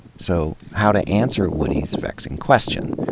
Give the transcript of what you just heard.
so, how to answer woody's vexing question?